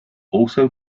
also